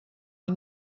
les